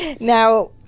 Now